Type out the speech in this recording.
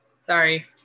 Sorry